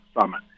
summit